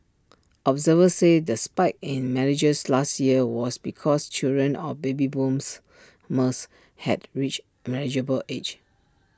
observers said the spike in marriages last year was because children of baby booms must had reached marriageable age